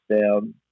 down